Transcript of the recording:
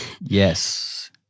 Yes